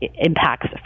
impacts